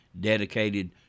dedicated